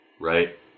right